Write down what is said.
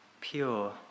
pure